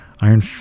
Iron